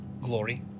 Glory